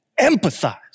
empathize